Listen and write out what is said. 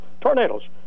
tornadoes